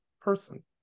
person